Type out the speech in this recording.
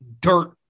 dirt